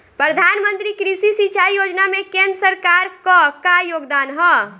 प्रधानमंत्री कृषि सिंचाई योजना में केंद्र सरकार क का योगदान ह?